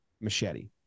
machete